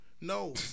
No